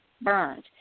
burned